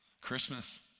Christmas